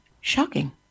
Shocking